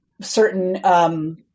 certain –